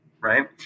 Right